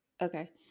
Okay